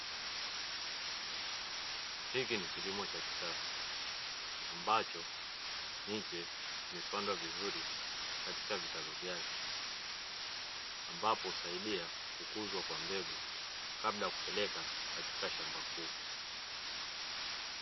Hiki ni kilimo cha kisasa ambacho miche imepandwa vizuri katika vitalu vyake, ambapo husaidia kukuzwa kwa mbegu kabla ya kupelekwa katika shamba kuu.